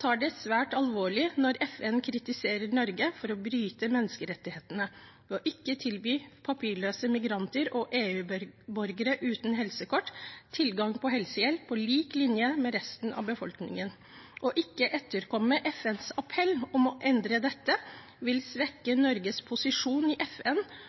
tar det svært alvorlig når FN kritiserer Norge for å bryte menneskerettighetene ved ikke å tilby papirløse migranter og EU-borgere uten helsekort tilgang på helsehjelp på linje med resten av befolkningen. Å ikke etterkomme FNs appell om å endre dette vil svekke Norges posisjon i FN